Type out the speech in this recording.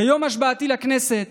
ביום השבעתי לכנסת